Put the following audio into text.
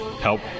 help